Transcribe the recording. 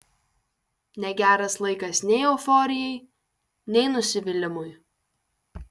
negeras laikas nei euforijai nei nusivylimui